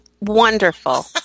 Wonderful